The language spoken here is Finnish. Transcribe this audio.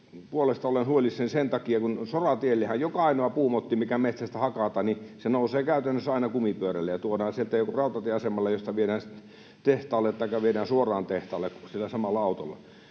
puolesta olen huolissani sen takia, kun soratiellehän joka ainoa puumotti, mikä metsästä hakataan, nousee käytännössä aina kumipyörällä ja tuodaan sieltä rautatieasemalle, josta se viedään sitten tehtaalle taikka viedään suoraan tehtaalle sillä samalla autolla.